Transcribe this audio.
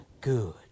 good